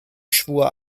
schwur